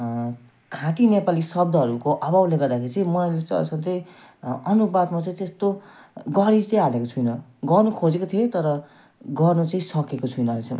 खाँटी नेपाली शब्दहरूको अभावले गर्दाखेरि चाहिँ मैले चाहिँ असाध्यै अनुवादमा चाहिँ त्यस्तो गरी चाहिँ हालेको छुइनँ गर्नुखोजेको थिएँ तर गर्नु चाहिँ सकेको छुइनँ अझैसम्म